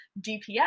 DPS